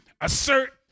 assert